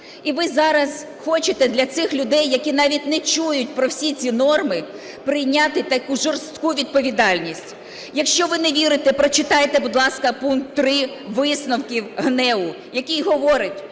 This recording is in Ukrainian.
І ви зараз хочете для цих людей, які навіть не чують про всі ці норми, прийняти таку жорстку відповідальність. Якщо ви не вірите, прочитайте, будь ласка, пункт 3 висновків ГНЕУ, який говорить,